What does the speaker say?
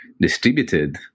distributed